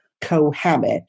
cohabit